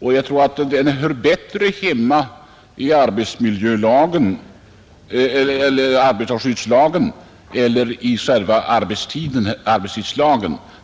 Därför tror jag dessa saker hör bättre hemma i arbetarskyddslagen än i arbetstidslagen.